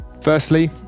Firstly